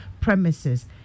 Premises